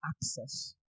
access